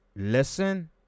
listen